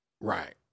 Right